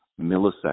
milliseconds